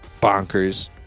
Bonkers